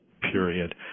period